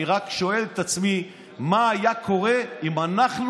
אני רק שואל את עצמי מה היה קורה אם אנחנו